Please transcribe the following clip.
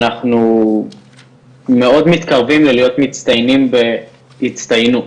אנחנו מאוד מתקרבים ללהיות מצטיינים בהצטיינות